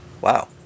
Wow